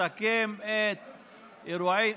שמסכם את אירועי,